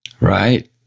right